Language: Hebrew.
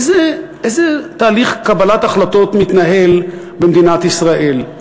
איזה תהליך קבלת החלטות מתנהל במדינת ישראל?